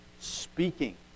speaking